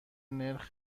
نرخ